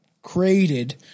created